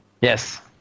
Yes